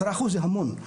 10% זה המון.